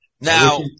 Now